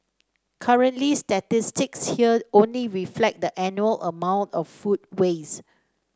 currently statistics here only reflect the annual amount of food waste